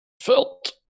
Felt